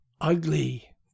Ugly